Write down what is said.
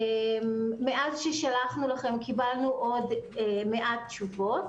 מאז ששלחנו לכם קיבלנו עוד קצת תשובות.